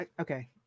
Okay